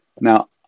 Now